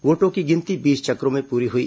वोटों की गिनती बीस चक्रों में पूरी हुई